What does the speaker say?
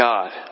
God